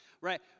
Right